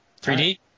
3D